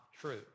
true